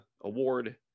award